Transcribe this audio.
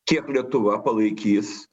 kiek lietuva palaikys